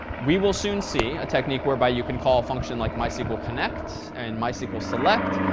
we will soon see a technique whereby you can call function like mysql connect, and mysql select,